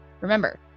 Remember